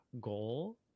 goal